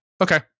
okay